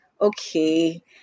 okay